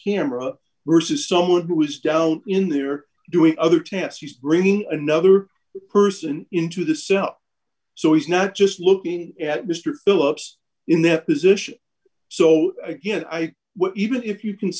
camera versus someone who is down in there doing other tasks he's bringing another person into the cell so he's not just looking at mr philips in that position so again i even if you can